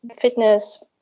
fitness